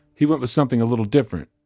he went with something a little different.